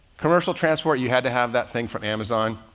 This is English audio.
commercial transport. you had to have that thing from amazon,